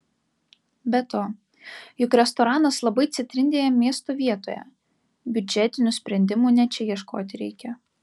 be to juk restoranas labai centrinėje miesto vietoje biudžetinių sprendimų ne čia ieškoti reikia